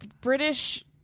British